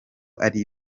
ari